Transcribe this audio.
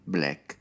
Black